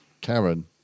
Karen